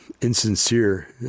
insincere